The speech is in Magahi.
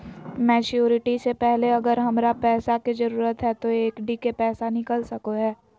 मैच्यूरिटी से पहले अगर हमरा पैसा के जरूरत है तो एफडी के पैसा निकल सको है?